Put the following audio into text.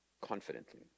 confidently